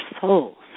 souls